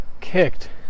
kicked